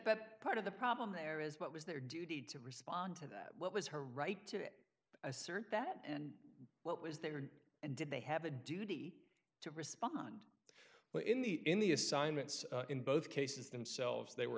that part of the problem there is what was their duty to respond to that what was her right to assert that and what was there and did they have a duty to respond well in the in the assignments in both cases themselves they were